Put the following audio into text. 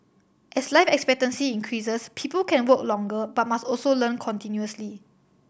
as life expectancy increases people can work longer but must also learn continuously